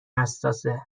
حساسه